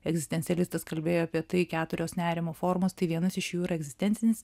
egzistencialistas kalbėjo apie tai keturios nerimo formos tai vienas iš jų yra egzistencinis